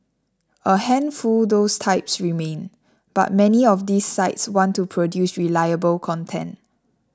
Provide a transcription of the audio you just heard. a handful those types remain but many of these sites want to produce reliable content